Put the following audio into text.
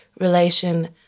relation